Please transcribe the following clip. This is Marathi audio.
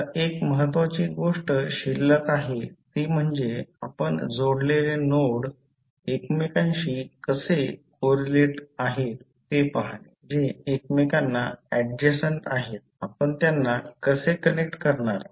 आता एक महत्त्वाची गोष्ट शिल्लक आहे ती म्हणजे आपण जोडलेले नोड एकमेकांशी कसे कोरिलेट आहेत ते पहाने जे एक मेकांना ऍड्जसेन्ट आहेत आपण त्यांना कसे कनेक्ट करणार